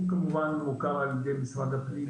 הוא כמובן מוכר על ידי משרד הפנים,